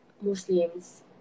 Muslims